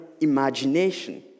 imagination